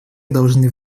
должны